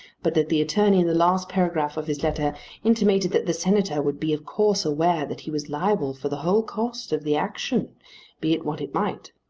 but that the attorney in the last paragraph of his letter intimated that the senator would be of course aware that he was liable for the whole cost of the action be it what it might.